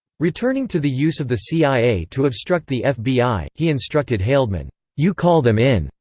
returning to the use of the cia to obstruct the fbi, he instructed haldeman you call them in.